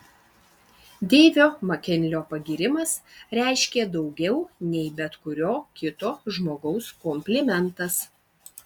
deivo makinlio pagyrimas reiškė daugiau nei bet kurio kito žmogaus komplimentas